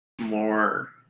more